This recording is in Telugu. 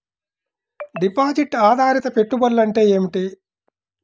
డిపాజిట్ ఆధారిత పెట్టుబడులు అంటే ఏమిటి?